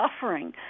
suffering